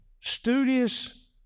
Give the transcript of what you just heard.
studious